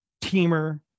teamer